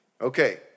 Okay